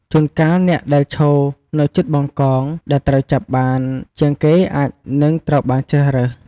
ជួនកាល អ្នកដែលឈរនៅជិតបង្កងដែលត្រូវចាប់បានជាងគេអាចនឹងត្រូវបានជ្រើសរើស។